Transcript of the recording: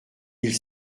mille